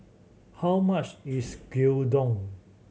how much is Gyudon